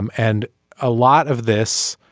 and and a lot of this